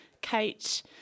Kate